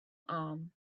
arm